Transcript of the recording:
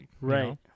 Right